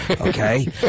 Okay